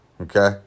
okay